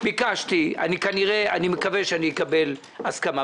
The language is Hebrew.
ביקשתי ואני מקווה שאקבל הסכמה.